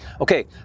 Okay